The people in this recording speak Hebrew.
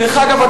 דרך אגב,